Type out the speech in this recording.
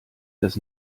das